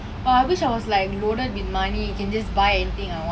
oh I wish I was like loaded with money you can just buy anything I want